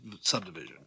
subdivision